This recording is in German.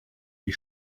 die